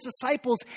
disciples